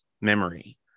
memory